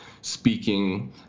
speaking